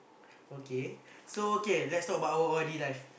okay so okay let's talk about our O_R_D life